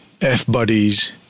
F-buddies